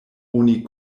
oni